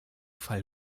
fall